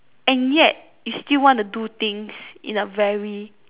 and yet you still want to do things in a very